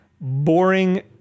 boring